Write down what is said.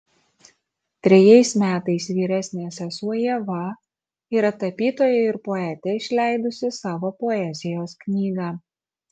trejais metais vyresnė sesuo ieva yra tapytoja ir poetė išleidusi savo poezijos knygą